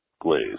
glaze